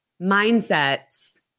mindsets